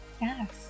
Yes